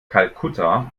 kalkutta